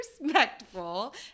respectful